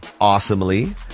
awesomely